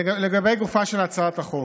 לגופה של הצעת החוק,